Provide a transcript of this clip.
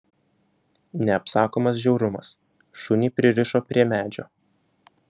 neapsakomas žiaurumas šunį pririšo prie medžio